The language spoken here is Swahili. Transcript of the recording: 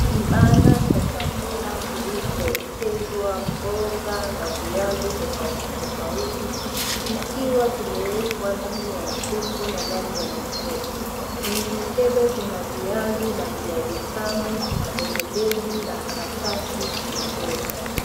Kibanda cha chakula kilichoekezwa mboga na viazi tofauti tofauti zikiwa zimewekwa ndani ya mfuko na ndani ya mikebe. Kwenye mikebe kuna viazi na viazi tamu na kwenye begi na karatasi kuna mboga.